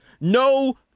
no